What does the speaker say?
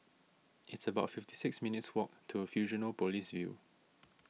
it's about fifty six minutes' walk to Fusionopolis View